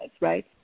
right